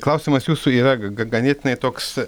klausimas jūsų yra ga ganėtinai toks